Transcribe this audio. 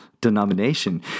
denomination